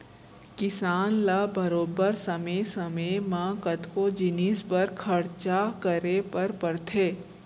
किसान ल बरोबर समे समे म कतको जिनिस बर खरचा करे बर परथे